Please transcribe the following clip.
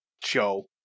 show